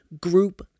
group